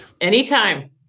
Anytime